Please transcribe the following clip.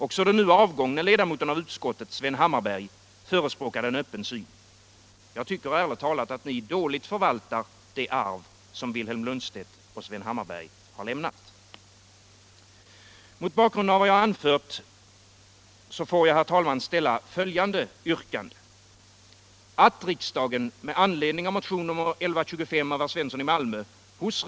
Också den nu avgångne ledamoten av utskottet, Sven Hammarberg, förespråkade en öppen syn. Jag tycker ärligt talat att ni dåligt förvaltar det arv som Vilhelm Lundstedt och Sven Hammarberg lämnat.